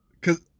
Cause